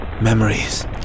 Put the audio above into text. Memories